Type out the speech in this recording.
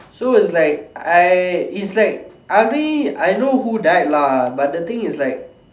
so it's like I it's like I already I know who died lah but the thing is like